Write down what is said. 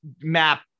map